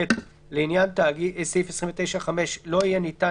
(ב)לעניין סעיף 29(5) לא יהיה ניתן